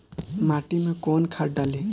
माटी में कोउन खाद डाली?